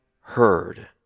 heard